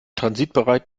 transitbereich